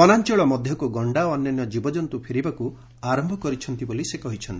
ବନାଞ୍ଚଳ ମଧ୍ୟକ୍ତ ଗଣ୍ଡା ଓ ଅନ୍ୟାନ୍ୟ ଜୀବଜନ୍ତ୍ର ପେରିବାକୁ ଆରମ୍ଭ କରିଛନ୍ତି ବୋଲି ସେ କହିଛନ୍ତି